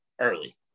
early